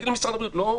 תגיד למשרד הבריאות לא,